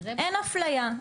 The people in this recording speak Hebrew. אין אפליה,